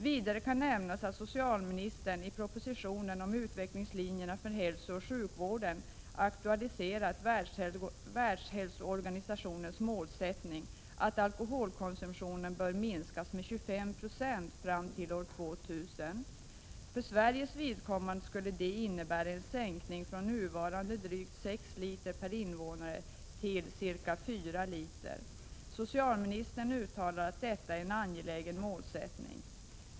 Vidare kan nämnas att socialministern i propositionen om utvecklingslinjer för hälsooch sjukvården aktualiserat Världshälsoorganisationens målsättning, att alkoholkonsumtionen bör minskas med 25 96 fram till år 2000. För Sveriges vidkommande skulle det innebära en sänkning från nuvarande drygt 6 liter per invånare till ca 4 liter. Socialministern uttalar att detta är en angelägen målsättning.